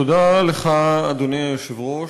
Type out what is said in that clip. תודה לך, אדוני היושב-ראש.